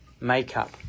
makeup